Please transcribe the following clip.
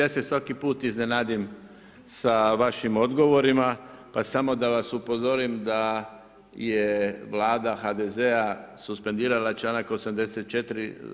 Ja se svaki puta iznenadim sa vašim odgovorima, pa samo da vas upozorim da je Vlada HDZ-a suspendirala članak 84.